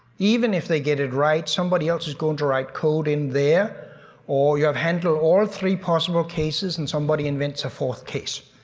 even if they get it right, somebody else is going to write code in there or you have handled all three possible cases and somebody invents a fourth case,